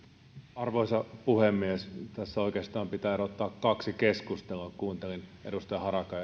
arvoisa puhemies tässä oikeastaan pitää erottaa kaksi keskustelua kuuntelin edustaja harakan